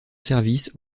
service